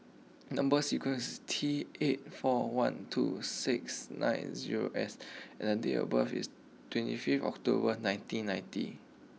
number sequence T eight four one two six nine zero S and the date of birth is twenty fifth October nineteen ninety